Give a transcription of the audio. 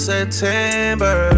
September